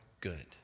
good